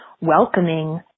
welcoming